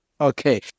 Okay